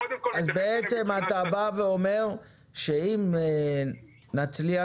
קודם כל --- בעצם אתה בא ואומר שאם נצליח,